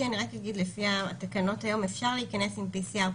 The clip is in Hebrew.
לפי התקנות היום אפשר להיכנס עם PCR פרטי,